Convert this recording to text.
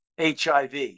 HIV